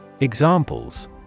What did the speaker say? Examples